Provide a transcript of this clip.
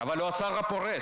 הוא השר הפורש,